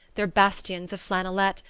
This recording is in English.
their bastions of flannelette,